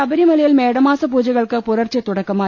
ശബരിമലയിൽ മേടമാസപൂജകൾക്ക് പുലർച്ചെ തുടക്കമായി